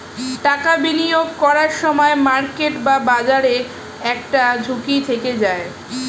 টাকা বিনিয়োগ করার সময় মার্কেট বা বাজারের একটা ঝুঁকি থেকে যায়